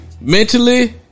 Mentally